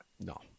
No